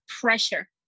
pressure